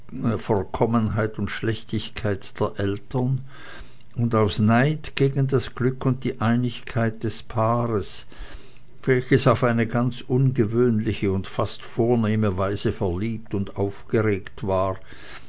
verkommenheit und schlechtigkeit der eltern und aus neid gegen das glück und die einigkeit des paares welches auf eine ganz ungewöhnliche und fast vornehme weise verliebt und aufgeregt war